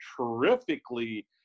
terrifically